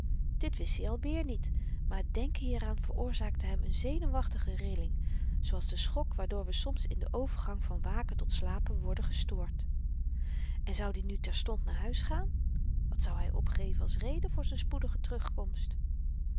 dit wis i alweer niet maar het denken hieraan verzaakte hem n zenuwachtige rilling zooals de schok waardoor we soms in den overgang van waken tot slapen worden gestoord en zoud i nu terstond naar huis gaan wat zou hy opgeven als reden van z'n spoedige terugkomst